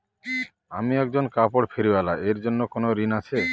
আমি একজন কাপড় ফেরীওয়ালা এর জন্য কোনো ঋণ আছে?